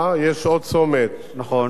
הוא יהיה ממוחלף גם כן.